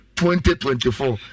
2024